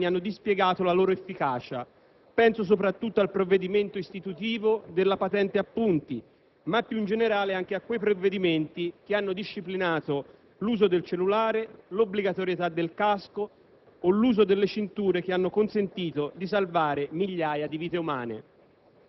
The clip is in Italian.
risultati comunque sono il frutto non casuale di provvedimenti che in questi anni hanno dispiegato la loro efficacia: penso soprattutto al provvedimento istitutivo della patente a punti, ma più in generale anche a quei provvedimenti che hanno disciplinato l'uso del cellulare, l'obbligatorietà del casco